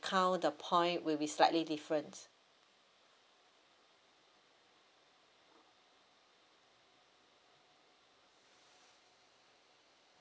count the point will be slightly different